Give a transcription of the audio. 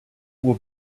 will